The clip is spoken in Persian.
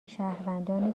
شهروندان